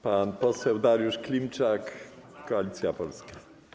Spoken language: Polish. Pan poseł Dariusz Klimczak, Koalicja Polska.